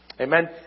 Amen